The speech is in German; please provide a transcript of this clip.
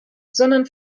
sondern